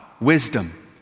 wisdom